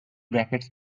brackets